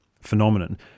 phenomenon